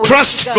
Trust